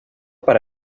per